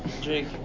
Jake